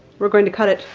we're going to cut it.